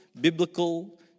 biblical